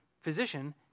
Physician